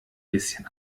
bisschen